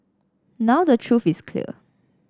now the truth is clear